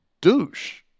douche